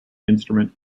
instrument